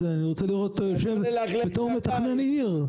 אני רוצה לראות אותו יושב בתור מתכנן עיר.